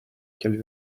qu’elle